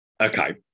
Okay